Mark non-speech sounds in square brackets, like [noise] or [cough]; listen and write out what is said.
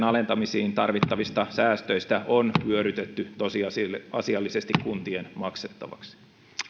[unintelligible] alentamisiin tarvittavista säästöistä on vyörytetty tosiasiallisesti kuntien maksettavaksi